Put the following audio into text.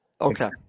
Okay